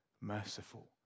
merciful